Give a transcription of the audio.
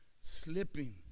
slipping